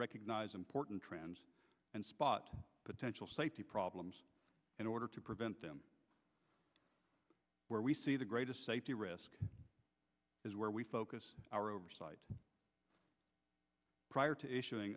recognize important trends and spot potential safety problems in order to prevent them where we see the greatest safety risk is where we focus our oversight prior to issuing